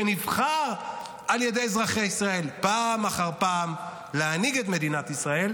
שנבחר על ידי אזרחי ישראל פעם אחר פעם להנהיג את מדינת ישראל,